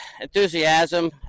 enthusiasm